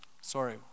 sorry